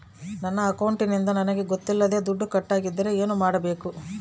ನನ್ನ ಅಕೌಂಟಿಂದ ನನಗೆ ಗೊತ್ತಿಲ್ಲದೆ ದುಡ್ಡು ಕಟ್ಟಾಗಿದ್ದರೆ ಏನು ಮಾಡಬೇಕು?